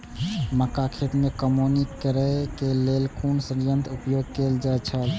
मक्का खेत में कमौनी करेय केय लेल कुन संयंत्र उपयोग कैल जाए छल?